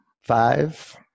Five